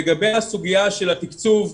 לגבי הסוגיה של התקצוב.